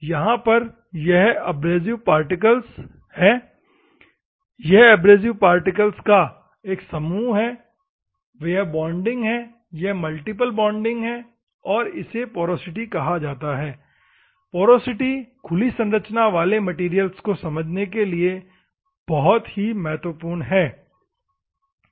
यहां पर यह एब्रेसिव पार्टिकल है यह एब्रेसिव पार्टिकल्स का एक समूह है यह बॉन्डिंग है यहां मल्टीपल बॉन्डिंग है और इसे पोरोसिटी कहा जाता है पोरोसिटी खुली संरचना वाले मैटेरियल्स को समझने के लिए बहुत ही महत्वपूर्ण है